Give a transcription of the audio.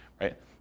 right